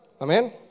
Amen